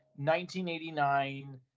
1989